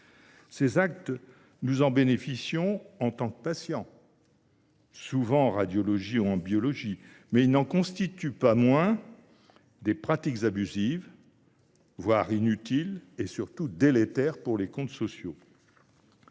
de ces actes en tant que patients, souvent en radiologie ou en biologie, mais ils n’en constituent pas moins des pratiques abusives et surtout délétères pour les comptes sociaux.